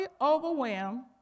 overwhelmed